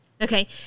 Okay